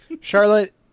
Charlotte